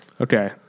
Okay